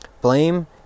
Blame